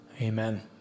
Amen